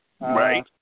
Right